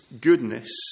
goodness